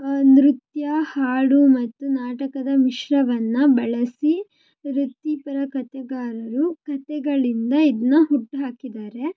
ನೃತ್ಯ ಹಾಡು ಮತ್ತು ನಾಟಕದ ಮಿಶ್ರವನ್ನು ಬಳಸಿ ವೃತ್ತಿಪರ ಕಥೆಗಾರರು ಕಥೆಗಳಿಂದ ಇದನ್ನ ಹುಟ್ಟುಹಾಕಿದ್ದಾರೆ